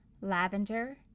lavender